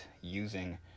using